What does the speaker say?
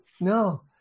no